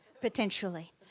potentially